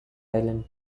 island